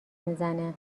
میزنه